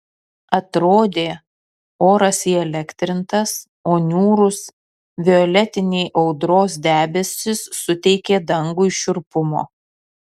atrodė oras įelektrintas o niūrūs violetiniai audros debesys suteikė dangui šiurpumo